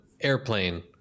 airplane